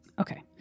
Okay